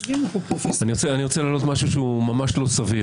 אני רוצה להעלות משהו שהוא ממש לא סביר,